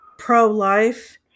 pro-life